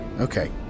Okay